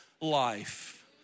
life